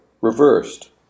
reversed